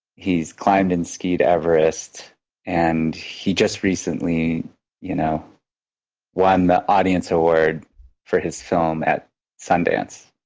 he's climbed and skied everest and he just recently you know won the audience award for his film at sundance.